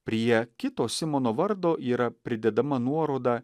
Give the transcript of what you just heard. prie kito simono vardo yra pridedama nuoroda